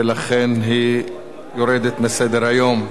ולכן היא יורדת מסדר-היום.